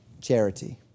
charity